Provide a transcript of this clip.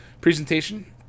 presentation